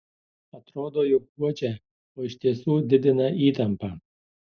atrodo jog guodžia o iš tiesų didina įtampą